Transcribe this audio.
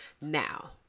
Now